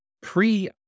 pre